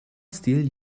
steal